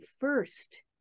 first